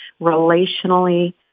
relationally